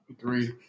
Three